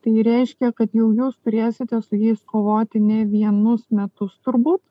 tai reiškia kad jau jūs turėsite su jais kovoti ne vienus metus turbūt